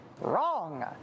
Wrong